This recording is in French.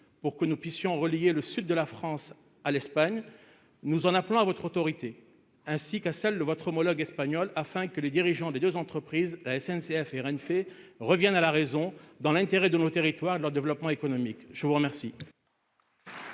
pour que nous puissions relier le sud de la France à l'Espagne, nous en appelons à votre autorité, ainsi qu'à celle de votre homologue espagnol afin que les dirigeants des 2 entreprises SNCF et Rennes fait reviennent à la raison dans l'intérêt de nos territoires, leur développement économique, je vous remercie.